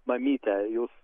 mamytę jūs